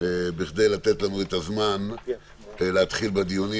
כדי לתת לנו זמן להתחיל בדיונים,